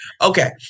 Okay